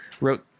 wrote